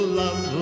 love